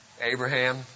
Abraham